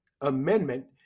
Amendment